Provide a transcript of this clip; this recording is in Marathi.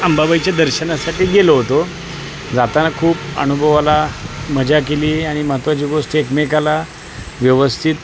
अंबाबाईच्या दर्शनासाठी गेलो होतो जाताना खूप अनुभव आला मज्जा केली आणि महत्त्वाची गोष्ट एकमेकाला व्यवस्थित